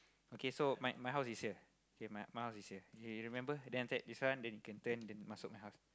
okay so my my house is here k my my house is here here you remember then after that this one you can turn then masuk my house